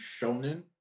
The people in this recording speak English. Shonen